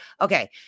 Okay